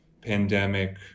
pandemic